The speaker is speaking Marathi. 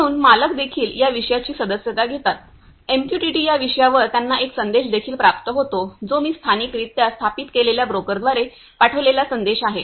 म्हणून मालक देखील या विषयाची सदस्यता घेतात एमक्यूटीटी या विषयावर त्यांना एक संदेश देखील प्राप्त होतो जो मी स्थानिकरित्या स्थापित केलेला ब्रोकरद्वारे पाठविलेला संदेश आहे